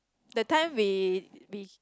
that time we we